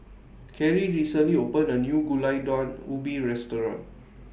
Carri recently opened A New Gulai Daun Ubi Restaurant